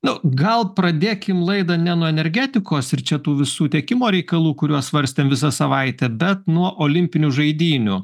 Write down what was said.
nu gal pradėkim laidą ne nuo energetikos ir čia tų visų tiekimo reikalų kuriuos svarstėm visą savaitę bet nuo olimpinių žaidynių